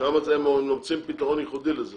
שם אתם מוצאים פתרון ייחודי לזה